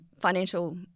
financial